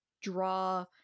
draw